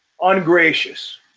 ungracious